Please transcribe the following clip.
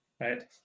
right